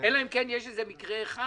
אלא אם כן יש איזה מקרה אחד,